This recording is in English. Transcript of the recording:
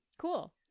Cool